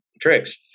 tricks